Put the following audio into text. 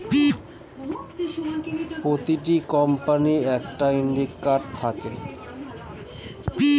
প্রতিটা কোম্পানির একটা ইন্ডেক্স থাকে